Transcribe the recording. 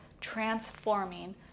transforming